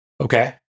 okay